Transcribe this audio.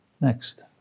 Next